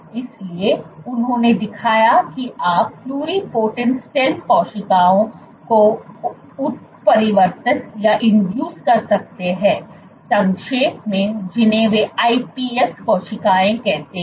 इसलिए उन्होंने दिखाया कि आप प्लुरिपोटेंट स्टेम कोशिकाओं को उत्परिवर्तित कर सकते हैं संक्षेप में जिन्हें वे iPS कोशिकाएँ कहते हैं